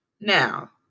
Now